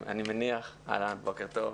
בוקר טוב,